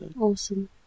awesome